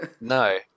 No